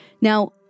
Now